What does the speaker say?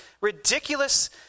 ridiculous